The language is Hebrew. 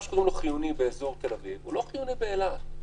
מה שחיוני בתל אביב, לא חיוני לאילת.